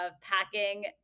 packing